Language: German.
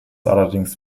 allerdings